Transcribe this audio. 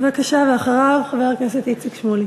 בבקשה, ואחריו, חבר הכנסת איציק שמולי.